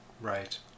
Right